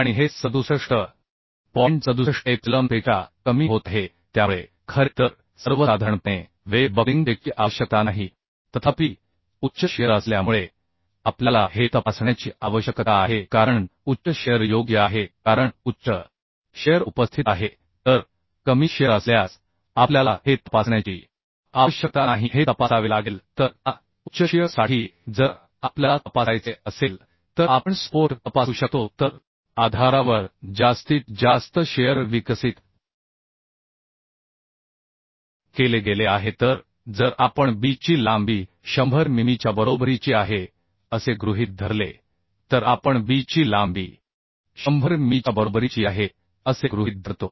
आणि हे 67 पॉईंट 67 एप्सिलॉनपेक्षा कमी होत आहे त्यामुळे खरे तर सर्वसाधारणपणे वेब बक्लिंग चेकची आवश्यकता नाही तथापि उच्च शिअर असल्यामुळे आपल्याला हे तपासण्याची आवश्यकता आहे कारण उच्च शिअर योग्य आहे कारण उच्च शिअर उपस्थित आहे तर कमी शिअर असल्यास आपल्याला हे तपासण्याची आवश्यकता नाही हे तपासावे लागेल तर आता उच्च शिअर साठी जर आपल्याला तपासायचे असेल तर आपण सपोर्ट उजवीकडे तपासू शकतो तर आधारावर जास्तीत जास्त शिअर विकसित केले गेले आहे तर जर आपण b ची लांबी 100 मिमीच्या बरोबरीची आहे असे गृहीत धरले तर आपण b ची लांबी 100 मिमीच्या बरोबरीची आहे असे गृहीत धरतो